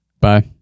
Bye